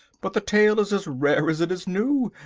but the tale is as rare as it is new!